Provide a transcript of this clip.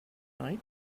night